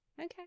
Okay